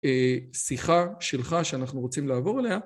שיחה שלך שאנחנו רוצים לעבור עליה